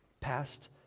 Past